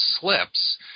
slips